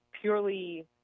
purely